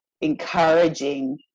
encouraging